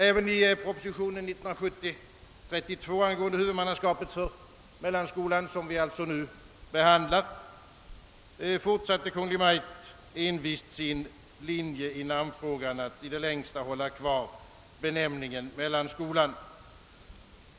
Även i årets proposition angående huvudmannaskapet för mellanskolan, som vi alltså nu behandlar, fortsatte Kungl. Maj:t envist att behålla benämningen >»mellanskolan«.